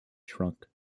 shrunk